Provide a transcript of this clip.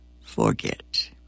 forget